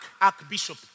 archbishop